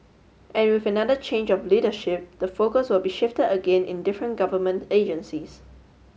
and with another change of leadership the focus will be shifted again in different government agencies